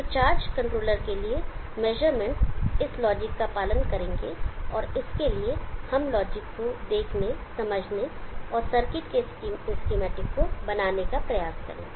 तो charge controller के लिए मेजरमेंट्स इस लॉजिक का पालन करेंगे और इसके लिए हम इस लॉजिक को देखने समझने और सर्किट के स्कीमेटिक को बनाने का प्रयास करें